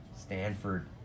Stanford